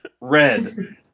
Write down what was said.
red